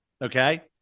Okay